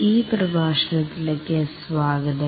ഈ പ്രഭാഷണത്തിലേക്ക് സ്വാഗതം